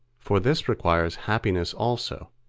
for this requires happiness also,